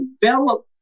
develop